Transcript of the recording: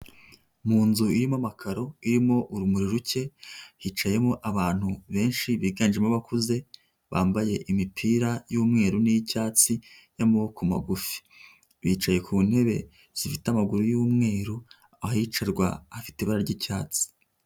Mu nzu irimo amakaro irimo urumuri ruke hicayemo abantu benshi biganjemo abakuze bambaye imipira y'umweru n'icyatsi y'amaboko magufi, bicaye ku ntebe zifite amaguru y'umweru ahicarwa hafite ibara ry'icyatsi.